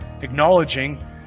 acknowledging